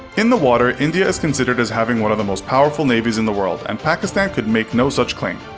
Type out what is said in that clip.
in the water, india is considered as having one of the most powerful navies in the world, and pakistan could make no such claim.